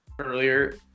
earlier